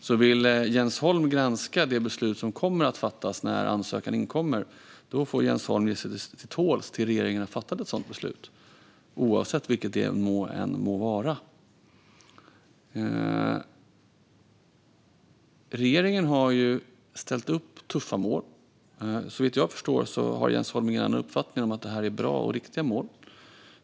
Så om Jens Holm vill granska det beslut som kommer att fattas när ansökan inkommer får han ge sig till tåls tills regeringen har fattat det beslutet, vilket det än må vara. Regeringen har ställt upp tuffa mål. Såvitt jag förstår har Jens Holm ingen annan uppfattning än att det är bra och riktiga mål.